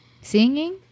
Singing